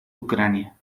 ucrania